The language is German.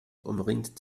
umringt